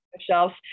shelves